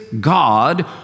God